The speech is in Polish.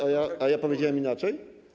A ja powiedziałem inaczej?